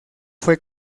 fue